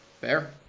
fair